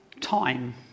time